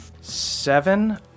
Seven